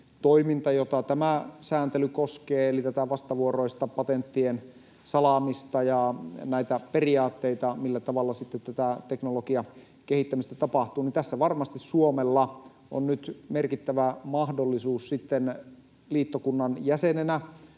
jota tämä sääntely koskee, eli tätä vastavuoroista patenttien salaamista ja näitä periaatteita, millä tavalla sitten tätä teknologian kehittämistä tapahtuu, varmasti Suomella on nyt merkittävä mahdollisuus sitten liittokunnan jäsenenä